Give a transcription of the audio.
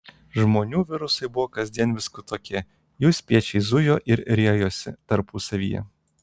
žmonių virusai buvo kasdien vis kitokie jų spiečiai zujo ir riejosi tarpusavyje